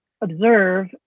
observe